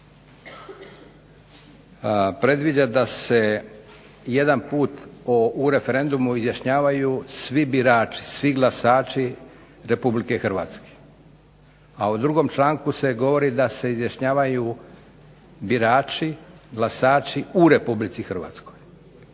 predviđa da se jedan put u referendumu izjašnjavaju svi birači, svi glasači Republike Hrvatske, a u drugom članku se govori da se izjašnjavaju birači, glasači u Republici Hrvatskoj.